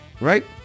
Right